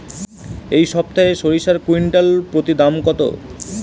এই সপ্তাহে সরিষার কুইন্টাল প্রতি দাম কত?